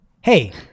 hey